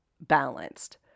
balanced